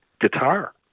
guitar